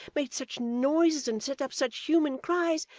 made such noises, and set up such human cries,